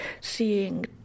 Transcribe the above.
seeing